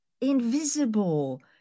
invisible